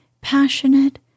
passionate